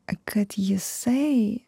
kad jisai